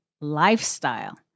lifestyle